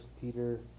Peter